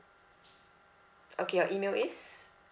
okay your email is